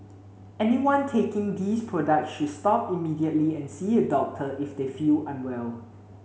anyone taking these products should stop immediately and see a doctor if they feel unwell